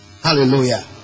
Hallelujah